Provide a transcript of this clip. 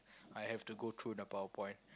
I have to go through the PowerPoint